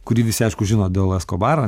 kurį visi aišku žino dėl eskobaro